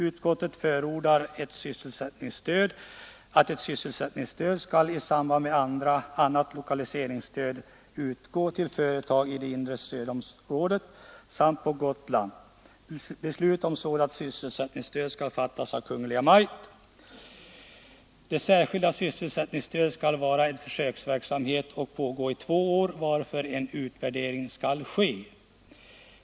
Utskottet förordar att ett sysselsättningsstöd i samband med annat lokaliseringsstöd skall kunna utgå till företag i det inre stödområdet samt på Gotland. Beslut om sådant sysselsättningsstöd skall fattas av Kungl. Maj:t. Det särskilda sysselsättningsstödet skall vara en försöksverksamhet som skall pågå i två år, varefter en utvärdering skall ske.